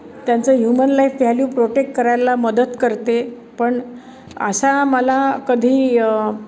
त्यांचं human life value protect करायला मदत करते पण असा मला कधी